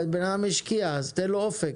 בן אדם השקיע תנו לו אופק,